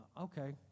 okay